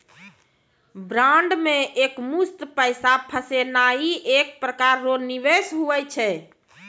bond मे एकमुस्त पैसा फसैनाइ एक प्रकार रो निवेश हुवै छै